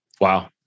Wow